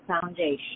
foundation